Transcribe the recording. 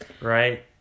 Right